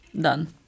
Done